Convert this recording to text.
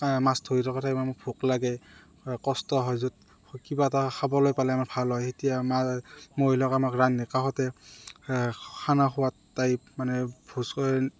মাছ ধৰি থকা টাইমত ভোক লাগে কষ্ট হয় য'ত কিবা এটা খাবলৈ পালে আমাৰ ভাল হয় এতিয়া মা মহিলাক আমাক ৰান্ধি কাষতে খানা খোৱাত টাইপ মানে ভোজ ক